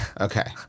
Okay